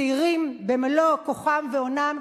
צעירים במלוא כוחם ואונם,